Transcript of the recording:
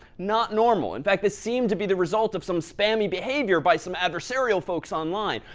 not normal. in fact, this seemed to be the result of some spamming behavior by some adversarial folks online.